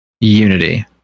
Unity